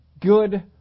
good